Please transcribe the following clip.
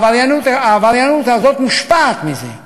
העבריינות הזאת מושפעת מזה,